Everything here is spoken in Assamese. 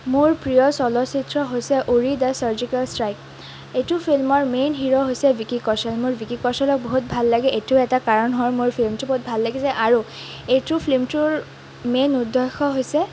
মোৰ প্ৰিয় চলচিত্ৰ হৈছে উৰি দা ছাৰ্জিকেল ষ্ট্ৰাইক এইটো ফিল্মৰ মেইন হিৰ' হৈছে ভিকি কৌছল মোৰ ভিকি কৌশলক বহুত ভাল লাগে এইটো এটা কাৰণ হ'ল মোৰ ফিল্মটো বহুত ভাল লাগিছে আৰু এইটো ফিল্মটোৰ মেইন উদ্দেশ্য হৈছে